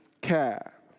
care